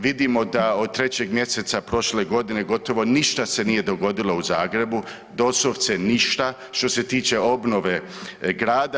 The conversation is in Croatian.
Vidimo da od 3. mjeseca prošle godine gotovo ništa se nije dogodilo u Zagrebu, doslovce ništa što se tiče obnove grada.